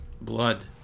Blood